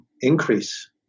increase